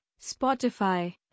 Spotify